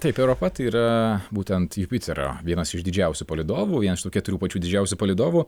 taip europa tai yra būtent jupiterio vienas iš didžiausių palydovų vienas iš tų keturių pačių didžiausių palydovų